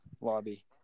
lobby